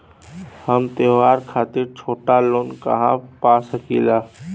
हम त्योहार खातिर छोटा लोन कहा पा सकिला?